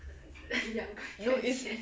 no it's